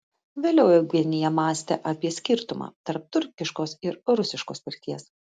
vėliau eugenija mąstė apie skirtumą tarp turkiškos ir rusiškos pirties